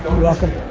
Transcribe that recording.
welcome